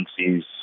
agencies